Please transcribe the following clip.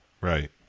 right